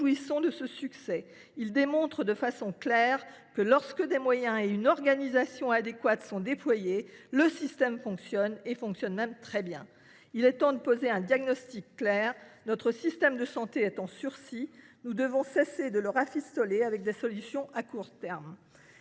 réjouissons de ce succès. Il démontre manifestement que lorsqu’une organisation et des moyens adéquats sont déployés, le système fonctionne, et même très bien ! Il est temps de poser un diagnostic clair : notre système de santé est en sursis. Nous devons cesser de le rafistoler avec des solutions à court terme.